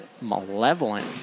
malevolent